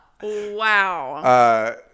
Wow